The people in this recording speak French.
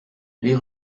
les